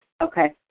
Okay